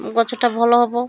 ଗଛଟା ଭଲ ହେବ